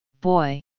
Boy